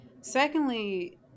Secondly